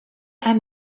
i’m